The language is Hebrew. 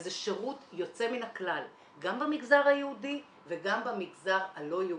וזה שירות יוצא מן הכלל גם במגזר היהודי וגם במגזר הלא יהודי,